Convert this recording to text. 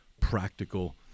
practical